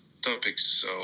topics